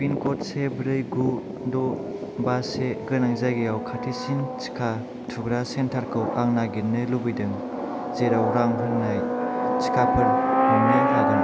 pin code से ब्रै गु द' बा से गोनां जायगायाव खाथिसिन टिका थुग्रा सेन्टारखौ आं नागिरनो लुबैदों जेराव रां होनाय टिकाफोर मोननो हागोन